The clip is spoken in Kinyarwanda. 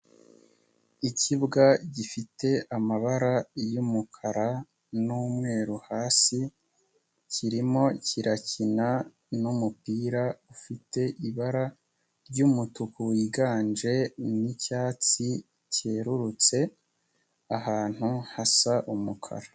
Ikibwa gifite amabara y'umukara n'umweru hasi, kirimo kirakina n'umupira ufite ibara ry'umutuku wiganje n'icyatsi kerurutse, ahantu hasa umukara.